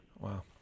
Wow